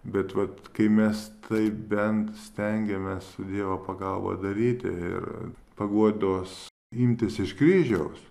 bet vat kai mes tai bent stengiamės su dievo pagalba daryti ir paguodos imtis iš kryžiaus